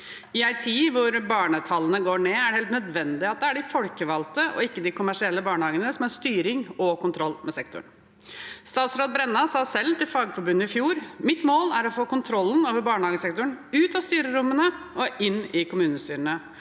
I en tid da fødselstallene går ned, er det helt nødvendig at det er de folkevalgte og ikke de kommersielle barnehagene som har styring på og kontroll med sektoren. Statsråd Brenna sa selv i fjor til Fagforbundet: «Mitt mål er å få kontrollen over barnehagesektoren ut av styrerommene og inn i kommunestyrene.»